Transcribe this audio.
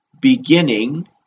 beginning